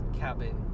cabin